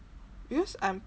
because I'm